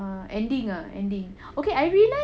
ah ending ah ending okay I realise